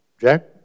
Jack